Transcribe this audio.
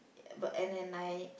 yeah but and and I